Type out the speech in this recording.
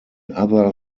other